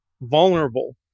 vulnerable